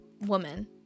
woman